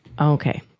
Okay